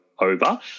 over